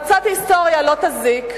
אבל קצת היסטוריה לא תזיק,